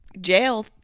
jail